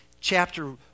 chapter